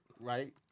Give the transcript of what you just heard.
right